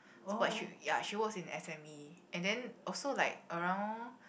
but she ya she work in S_M_E and then also like around